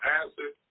acid